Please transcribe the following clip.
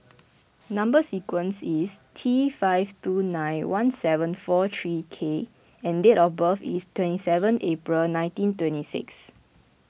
Number Sequence is T five two nine one seven four three K and date of birth is twenty seven April nineteen twenty six